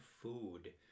food